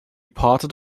parted